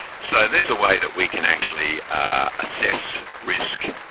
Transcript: so there's a way that we can actually assess risk.